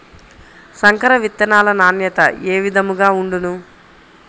సంకర విత్తనాల నాణ్యత ఏ విధముగా ఉండును?